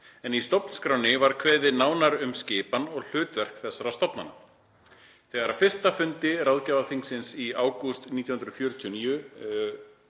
en í stofnskránni var kveðið nánar á um skipan og hlutverk þessara stofnana. Þegar á fyrsta fundi ráðgjafarþingsins í ágúst 1949